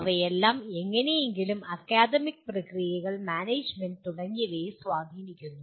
അവയെല്ലാം എങ്ങനെയെങ്കിലും അക്കാദമിക് പ്രക്രിയകൾ മാനേജ്മെന്റ് തുടങ്ങിയവയെ സ്വാധീനിക്കുന്നു